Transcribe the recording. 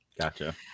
Gotcha